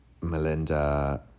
Melinda